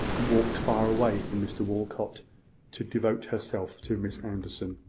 and walked far away from mr walcot to devote herself to miss anderson.